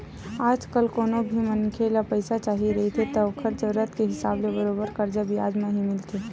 आजकल कोनो भी मनखे ल पइसा चाही रहिथे त ओखर जरुरत के हिसाब ले बरोबर करजा बियाज म ही मिलथे